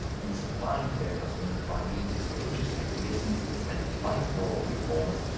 in supplying to their customers, by means of religious acquiescence and light moral reforms,